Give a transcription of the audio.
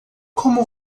como